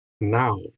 now